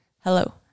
Hello